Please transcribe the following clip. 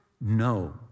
No